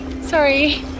sorry